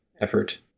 effort